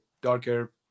darker